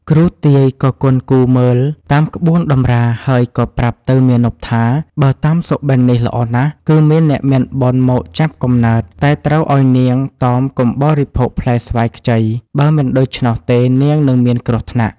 គ្រូទាយក៏គន់គូរមើលតាមក្បួនតម្រាហើយក៏ប្រាប់ទៅមាណពថា បើតាមសប្ដិនេះល្អណាស់ គឺមានអ្នកមានបុណ្យមកចាប់កំណើត តែត្រូវឲ្យនាងតមកុំបរិភោគផ្លែស្វាយខ្ចី បើមិនដូច្នោះទេនាងនឹងមានគ្រោះថ្នាក់។